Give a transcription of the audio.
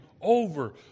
over